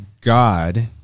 God